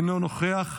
אינו נוכח,